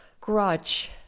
grudge